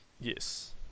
Yes